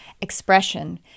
expression